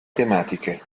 tematiche